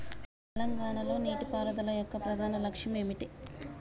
తెలంగాణ లో నీటిపారుదల యొక్క ప్రధాన లక్ష్యం ఏమిటి?